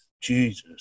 Jesus